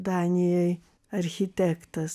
danijoj architektas